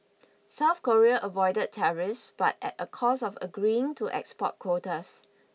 South Korea avoided tariffs but at a cost of agreeing to export quotas